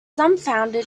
dumbfounded